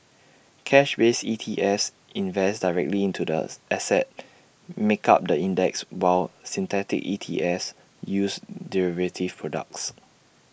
cash based E T S invest directly into the assets make up the index while synthetic E T S use derivative products